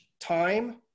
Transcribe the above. time